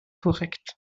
korrekt